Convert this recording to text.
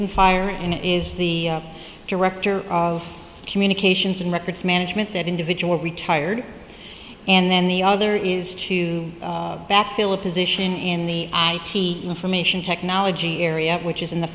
and fire and is the director of communications and records management that individual retired and then the other is to back fill a position in the information technology area which is in the